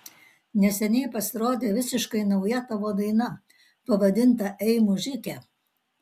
neseniai pasirodė visiškai nauja tavo daina pavadinta ei mužike